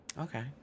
Okay